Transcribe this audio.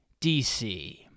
DC